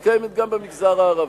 היא קיימת גם במגזר הערבי.